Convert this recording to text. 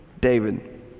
David